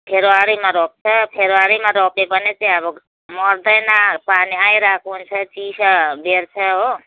फेब्रुअरीमा रोप्छ फेब्रुअरीमा रोप्यो भने चाहिँ अब मर्दैन पानी आइरहेको हुन्छ चिसो भेट्छ हो